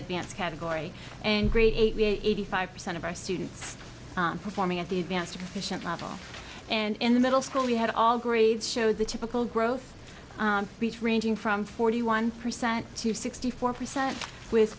advanced category and great we eighty five percent of our students performing at the advanced efficient level and in the middle school we had all grades show the typical growth rates ranging from forty one percent to sixty four percent with